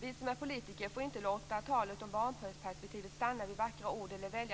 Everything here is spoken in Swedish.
Vi som är politiker får inte låta talet om barnperspektivet stanna vid vackra ord eller väja